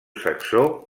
saxó